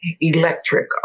electric